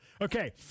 okay